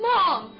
Mom